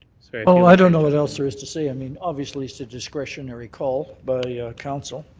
so i don't know what else there is to say. i mean, obviously, it's a discretionary call by council.